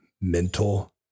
mental